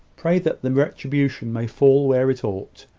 pray that the retribution may fall where it ought,